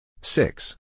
Six